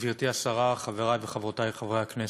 תודה רבה, גברתי השרה, חברי וחברותי חברי הכנסת,